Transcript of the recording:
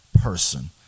person